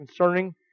concerning